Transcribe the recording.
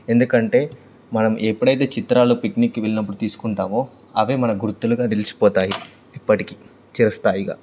ఎందుకంటే మనం ఎప్పుడైతే చిత్రాలు పిక్నిక్కి వెళ్ళినప్పుడు తీసుకుంటామో అవే మన గుర్తులుగా నిలిచిపోతాయి ఇప్పటికీ చిర స్థాయిగా